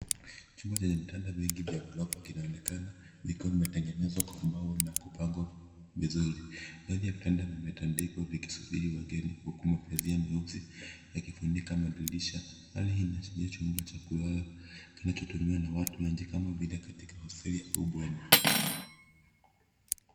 Chumba chenye vitanda vingi vya ghorofa, kinaonekana, kikiwa kimetengenezwa kwa mbao na kupangwa vizuri. Baadhi ya vitanda vimetandikwa vikisubiri wageni, huku mapazia meusi, yakifunika madirisha. Hali hii inaashiria chumba cha kulala, kinachotumiwa na watu wengi, kama vile, katika hosteli au bweni.